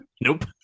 Nope